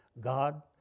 God